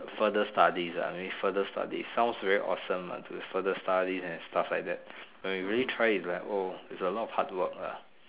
further studies ah maybe further studies sound very awesome ah further studies and stuff like that when you do try it lah oh it's a lot of hardwork ah